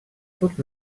тут